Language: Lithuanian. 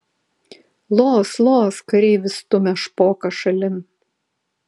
los los kareivis stumia špoką šalin